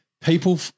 People